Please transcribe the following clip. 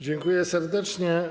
Dziękuję serdecznie.